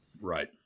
Right